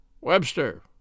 Webster